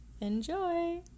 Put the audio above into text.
enjoy